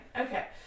okay